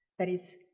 that is,